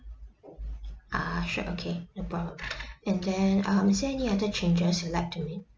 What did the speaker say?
ah sure okay no problem and then um is there any other changes you like to make